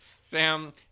sam